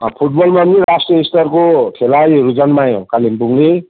फुटबलमा पनि राष्ट्रिय स्तरको खेलाडीहरू जन्मायो कालिम्पोङले